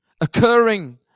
occurring